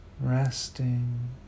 Resting